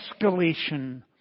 escalation